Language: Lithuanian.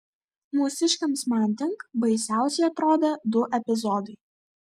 mūsiškiams manding baisiausi atrodė du epizodai